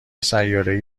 سیارهای